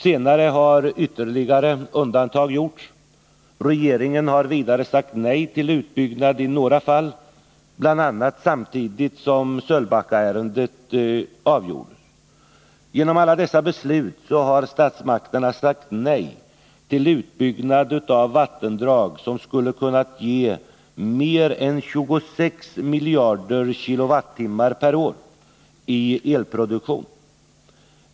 Senare har ytterligare undantag gjorts. Regeringen har vidare sagt nej till utbyggnad i några fall, bl.a. samtidigt som Sölvbackaärendet avgjordes. Genom alla dessa beslut har statsmakterna sagt nej till utbyggnad av vattendrag som skulle ha kunnat ge mer än 26 miljarder kWh per år i elproduktion.